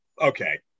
okay